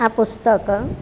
આ પુસ્તક